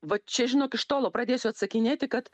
va čia žinok iš tolo pradėsiu atsakinėti kad